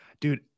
dude